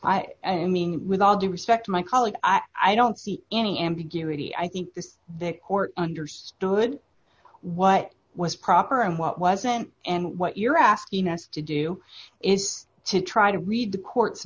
i i mean with all due respect my colleague i don't see any ambiguity i think is the court understood what was proper and what wasn't and what you're asking us to do is to try to read the court